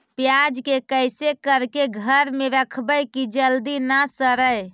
प्याज के कैसे करके घर में रखबै कि जल्दी न सड़ै?